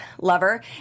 lover